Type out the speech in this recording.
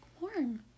warm